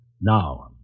now